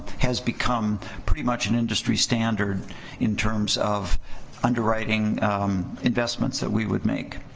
has become pretty much an industry standard in terms of underwriting investments that we would make